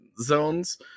zones